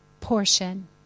portion